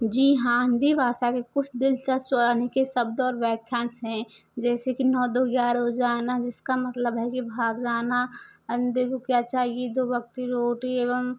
जी हाँ हिंदी भाषा के कुछ दिलचस्प और अनेखे शब्द और व्यख्यांस हैं जैसे कि नौ दो ग्यारह हो जाना जिसका मतलब है कि भाग जाना अंधे को क्या चाहिए दो वक्त की रोटी एवं